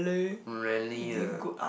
friendly ah